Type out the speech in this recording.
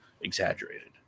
exaggerated